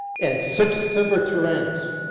and sic semper tyranis.